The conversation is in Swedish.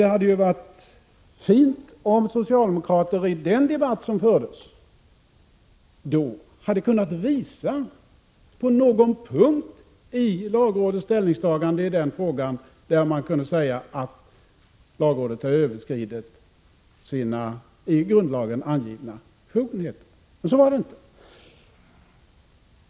Det hade varit bra om socialdemokrater i den debatt som då fördes hade kunnat visa på någon punkt i lagrådets ställningstagande i den frågan där lagrådet kunde sägas ha överskridit sina i grundlagen angivna befogenheter, men så var det inte.